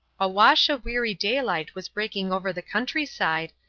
a wash of weary daylight was breaking over the country-side,